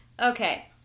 Okay